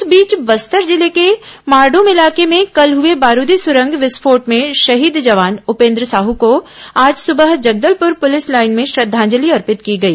इस बीच बस्तर जिले के मारडूम इलाके में कल हुए बारूदी सुरंग विस्फोट में शहीद जवान उपेन्द्र साहू को आज सुबह जगदलपुर पुलिस लाईन में श्रद्वांजलि अर्पित की गई